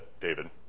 David